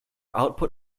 output